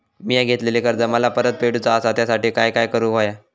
मिया घेतलेले कर्ज मला परत फेडूचा असा त्यासाठी काय काय करून होया?